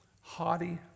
Haughty